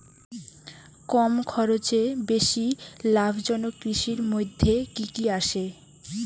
কম খরচে বেশি লাভজনক কৃষির মইধ্যে কি কি আসে?